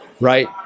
Right